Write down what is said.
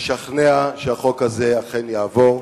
לשכנע, שהחוק הזה אכן יעבור,